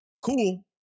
Cool